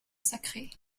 sacrée